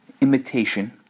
imitation